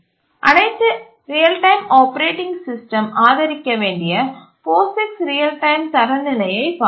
அனைத்து real time operating system ஆதரிக்க வேண்டிய POSIX ரியல் டைம் தரநிலையைப் பார்த்தோம்